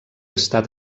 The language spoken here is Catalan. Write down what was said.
estat